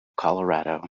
colorado